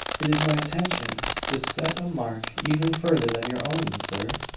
it is my intention to set a mark even further than your own, sir!